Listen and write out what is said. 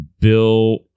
Bill